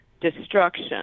destruction